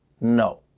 no